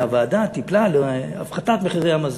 והוועדה טיפלה בהפחתת מחירי המזון.